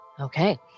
Okay